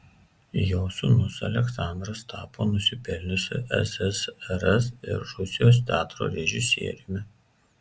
jo sūnus aleksandras tapo nusipelniusiu ssrs ir rusijos teatro režisieriumi